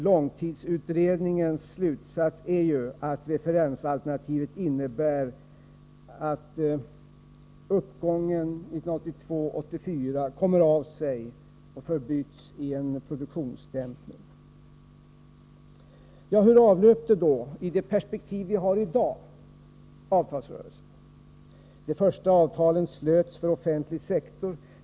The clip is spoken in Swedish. Långtidsutredningens slutsats är att referensalternativet innebär att uppgången 1982-1984 kommer av sig och förbyts i en produktionsdämpning. Hur avlöpte då, i det perspektiv vi har i dag, avtalsrörelsen? De första avtalen slöts för den offentliga sektorn.